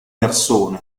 persone